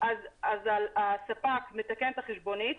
אז הספק מתקן את החשבונית,